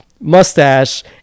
mustache